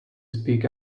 speak